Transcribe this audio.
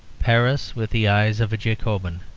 paris with the eyes of a jacobin,